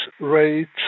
rates